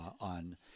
on